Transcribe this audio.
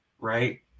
right